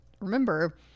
Remember